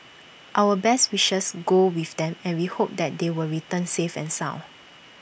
our best wishes go with them and we hope that they will return safe and sound